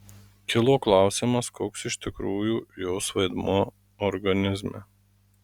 kilo klausimas koks iš tikrųjų jos vaidmuo organizme